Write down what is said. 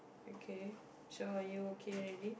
okay so are you okay already